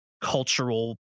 cultural